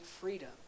freedom